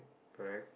correct